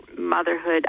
motherhood